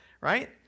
Right